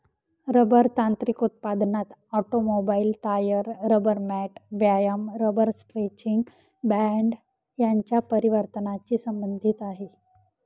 rubber तांत्रिक उत्पादनात automobile, tyre, rubber mat, व्यायाम रबर स्ट्रेचिंग बँड यांच्या परिवर्तनाची संबंधित आहे